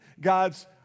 God's